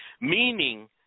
Meaning